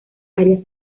áreas